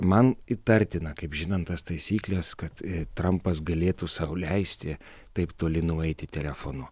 man įtartina kaip žinant tas taisykles kad trampas galėtų sau leisti taip toli nueiti telefonu